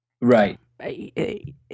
Right